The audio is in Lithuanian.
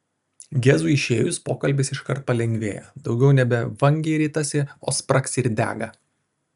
gezui išėjus pokalbis iškart palengvėja daugiau nebe vangiai ritasi o spragsi ir dega